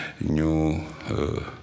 new